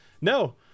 No